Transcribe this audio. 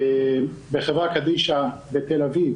בחברה קדישא בתל אביב